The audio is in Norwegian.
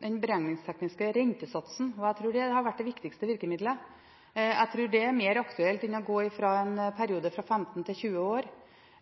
den beregningstekniske renteforutsetningen. Jeg tror det har vært det viktigste virkemidlet. Jeg tror det er mer aktuelt enn å gå fra en periode på 15 år til 20 år.